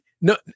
no